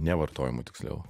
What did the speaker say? nevartojimu tiksliau